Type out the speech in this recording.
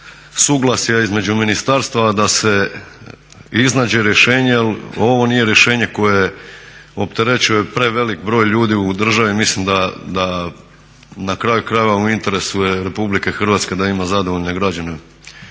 suglasja između ministarstava da se iznađe rješenje jer ovo nije rješenje koje opterećuje prevelik broj ljudi u državi. Mislim da na kraju krajeva u interesu je RH da ima zadovoljne građane